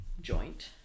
joint